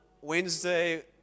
Wednesday